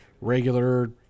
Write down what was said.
regular